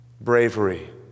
bravery